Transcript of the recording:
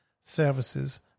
services